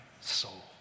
soul